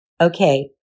Okay